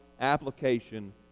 application